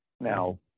Now